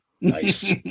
Nice